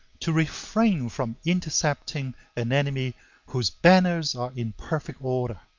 to refrain from intercepting an enemy whose banners are in perfect order,